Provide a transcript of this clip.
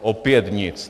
Opět nic.